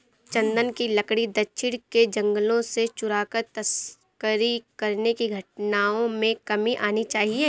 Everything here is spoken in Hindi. चन्दन की लकड़ी दक्षिण के जंगलों से चुराकर तस्करी करने की घटनाओं में कमी आनी चाहिए